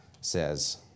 says